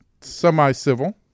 semi-civil